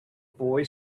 boy